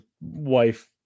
wife